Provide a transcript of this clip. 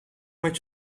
met